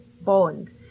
bond